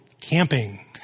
camping